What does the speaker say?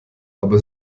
aber